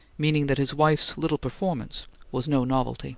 meaning that his wife's little performance was no novelty.